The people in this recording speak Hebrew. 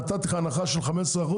נתתי לך הנחה של 15%?